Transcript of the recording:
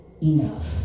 enough